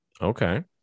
okay